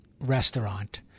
restaurant